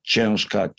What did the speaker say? Ciężka